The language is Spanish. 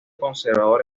conservador